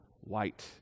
White